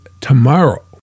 tomorrow